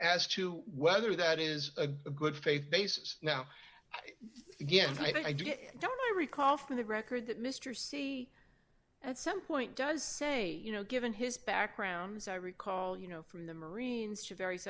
as to whether that is a good faith basis now yes i do get don't i recall from the record that mr c at some point does say you know given his background as i recall you know from the marines to various